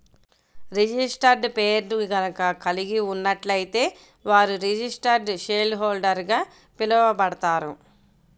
registered షేర్ని గనక కలిగి ఉన్నట్లయితే వారు రిజిస్టర్డ్ షేర్హోల్డర్గా పిలవబడతారు